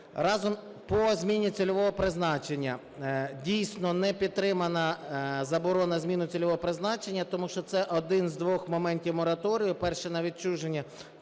далі. По зміні цільового призначення. Дійсно, не підтримана заборона зміни цільового призначення, тому що це один з двох моментів мораторію. Перший – на відчуження,